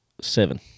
seven